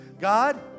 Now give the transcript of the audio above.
God